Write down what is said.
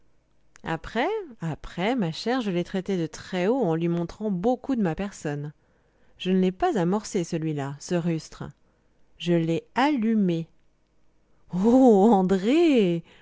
après après après ma chère je l'ai traité de très haut en lui montrant beaucoup de ma personne je ne l'ai pas amorcé celui-là ce rustre je l'ai allumé oh andrée